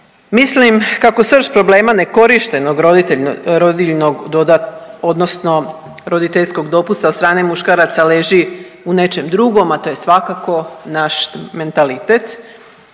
Mislim kako srž problema nekorištenog rodiljnog odnosno roditeljskog dopusta od strane muškaraca leži u nečem drugom, a to je svakako naš mentalitet.